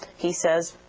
he says,